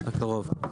הקרוב.